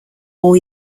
all